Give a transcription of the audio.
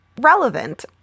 relevant